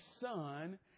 son